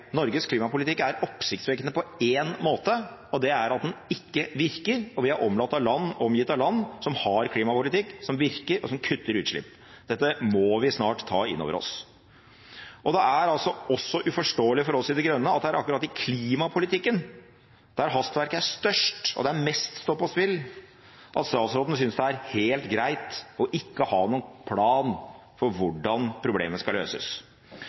Norges klimapolitikk er oppsiktsvekkende på én måte, og det er at den ikke virker, og vi er omgitt av land som har klimapolitikk som virker, og som kutter utslipp. Dette må vi snart ta inn over oss. Det er også uforståelig for oss i De Grønne at det er akkurat i klimapolitikken, der hastverket er størst, og der mest står på spill, at statsråden synes det er helt greit ikke å ha noen plan for hvordan problemet skal løses.